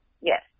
Yes